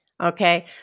Okay